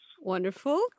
Wonderful